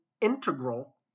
integral